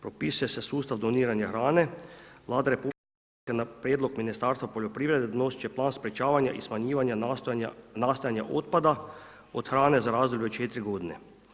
Propisuje se sustav doniranja hrane, Vlada RH na prijedlog Ministarstva poljoprivrede donosit će plan sprječavanja i smanjivanja nastojanja otpada od hrane za razdoblje od 4 godine.